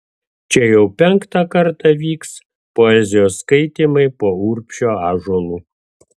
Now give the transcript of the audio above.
čia jau penktą kartą vyks poezijos skaitymai po urbšio ąžuolu